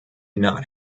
not